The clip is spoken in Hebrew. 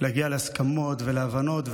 להגיע להסכמות ולהבנות.